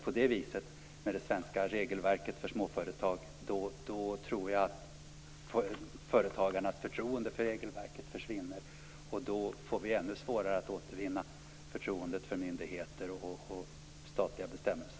Om det svenska regelverket för småföretag fungerar på det viset, tror jag att företagarnas förtroende för regelverket försvinner, och då får vi ännu större svårigheter att upprätthålla förtroendet för myndigheter och statliga bestämmelser.